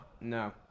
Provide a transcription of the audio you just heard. No